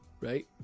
right